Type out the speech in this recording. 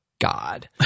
God